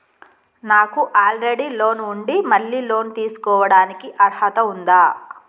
నాకు already loan ఉండి మళ్ళీ లోన్ తీసుకోవడానికి అర్హత ఉందా?